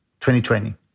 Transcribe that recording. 2020